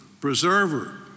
preserver